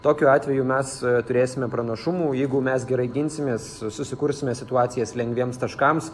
tokiu atveju mes turėsime pranašumų jeigu mes gerai ginsimės susikursime situacijas lengviems taškams